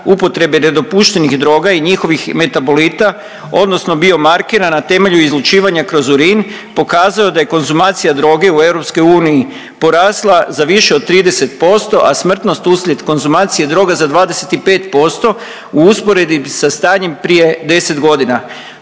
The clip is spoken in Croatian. upotrebe nedopuštenih droga i njihovih metabolita, odnosno biomarkera na temelju izlučivanja kroz urin pokazao da je konzumacija Droge u EU porasla za više od 30%, a smrtnost uslijed konzumacije droge za 25% u usporedbi sa stanjem prije 10 godina.